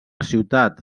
ciutat